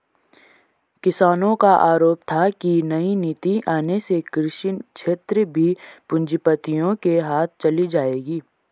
किसानो का आरोप था की नई नीति आने से कृषि क्षेत्र भी पूँजीपतियो के हाथ चली जाएगी